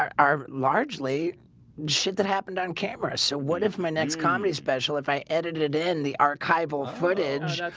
are are largely shit that happened on camera. so what if my next comedy special if i edited in the archival footage?